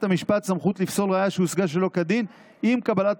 המשפט סמכות לפסול ראיה שהושגה שלא כדין אם קבלת